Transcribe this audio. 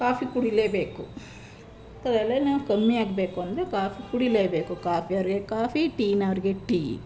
coffee ಕುಡಿಲೇಬೇಕು ತಲೆನೋವು ಕಮ್ಮಿ ಆಗಬೇಕು ಅಂದರೆ ಕಾಫಿ ಕುಡಿಲೇಬೇಕು ಕಾಫಿಯವರಿಗೆ ಕಾಫಿ ಟೀನವರಿಗೆ ಟೀ